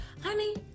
honey